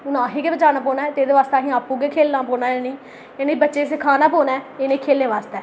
हून असें गै बचाना पौना ऐ असें आपूं गै खेलना पौना ऐ इ'नेंगी इ'नें बच्चें गी सखाना पौना ऐ इ'नेंगी खेलने वास्तै